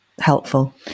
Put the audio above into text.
helpful